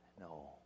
No